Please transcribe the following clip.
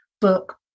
book